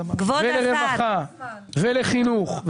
לרווחה ולחינוך.